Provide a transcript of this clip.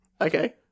okay